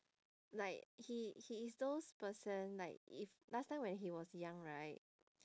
like he he is those person like if last time when he was young right